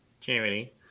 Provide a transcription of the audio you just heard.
Charity